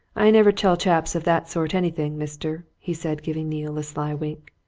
i never tell chaps of that sort anything, mister, he said, giving neale a sly wink.